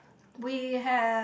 we have